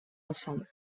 ensemble